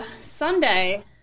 Sunday